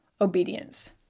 obedience